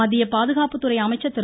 மத்திய பாதுகாப்புத்துறை அமைச்சர் திரு